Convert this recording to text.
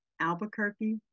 Albuquerque